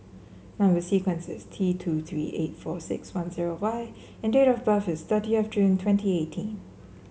number sequence is T two three eight four six one zero Y and date of birth is thirtieth of June twenty eighteen